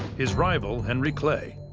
his rival henry clay,